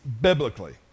biblically